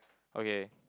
okay